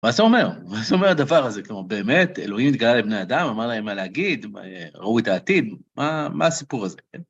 מה זה אומר? מה זה אומר הדבר הזה? כלומר, באמת, אלוהים התגלה לבני אדם, אמר להם מה להגיד, ראו את העתיד, מה הסיפור הזה?